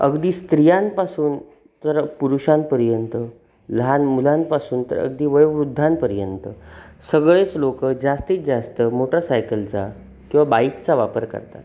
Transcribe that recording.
अगदी स्त्रियांपासून तर पुरुषांपर्यंत लहान मुलांपासून तर अगदी वयोवृद्धांपर्यंत सगळेच लोक जास्तीत जास्त मोटरसायकलचा किंवा बाईकचा वापर करतात